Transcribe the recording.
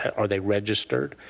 and are they registered,